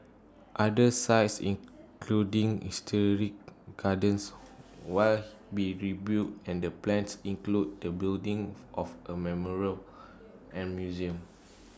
other sites including historic gardens will be rebuilt and the plans includes the building of A memorial and museum